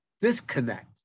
disconnect